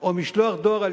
או למשלוח דואר,